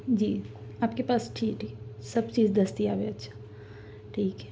جی آپ کے پاس ٹھیک ٹھیک سب چیز دستیاب ہے اچھا ٹھیک ہے